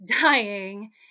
dying